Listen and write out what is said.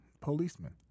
Policemen